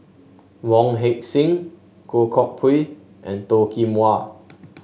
Wong Heck Sing Goh Koh Pui and Toh Kim Hwa